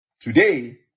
today